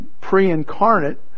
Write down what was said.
pre-incarnate